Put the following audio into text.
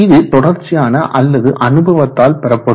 இது தொடர்ச்சியான அல்லது அனுபவத்தால் பெறப்படும்